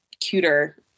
cuter